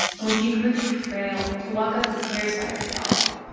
and when she grew too frail to walk up the stairs by herself.